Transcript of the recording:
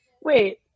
wait